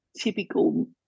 typical